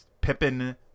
Pippin